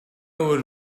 would